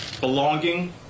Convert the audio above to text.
belonging